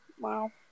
wow